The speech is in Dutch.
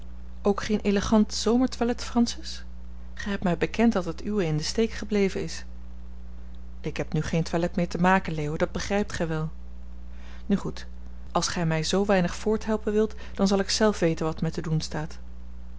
ook geen élégant zomertoilet francis gij hebt mij bekend dat het uwe in den steek gebleven is ik heb nu geen toilet meer te maken leo dat begrijpt gij wel nu goed als gij mij zoo weinig voorthelpen wilt dan zal ik zelf weten wat mij te doen staat